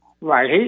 Right